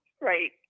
Right